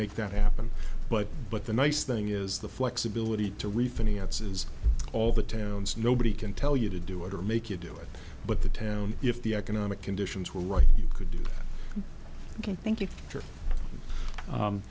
make that happen but but the nice thing is the flexibility to refinance is all the towns nobody can tell you to do it or make you do it but the town if the economic conditions were right you could do ok thank